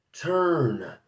Turn